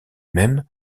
même